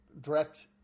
direct